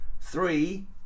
three